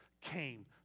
came